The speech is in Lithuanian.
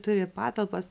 turi patalpas